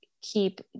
keep